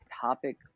topic